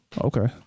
okay